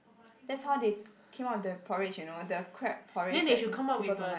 that's how they came up with the porridge you know the crab porridge that people don't like